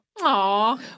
Aw